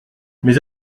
mais